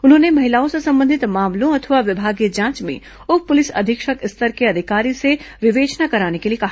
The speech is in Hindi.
उन्होंने महिलाओं से संबंधित मामलों अथवा विभागीय जांच में उप पुलिस अधीक्षक स्तर के अधिकारी से विवेचना कराने के लिए कहा